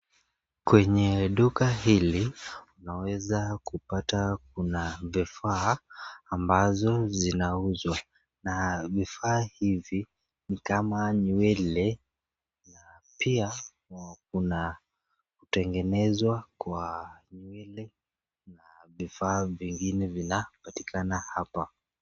Kwenye duka hili unaweza kupata kuna vifaa ambavyo vinauzwa na vifaa hivi ni kama nywele pia kuna kutengenezwa kwa nywele na vifaa vingine vinapatikana hapa.